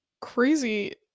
crazy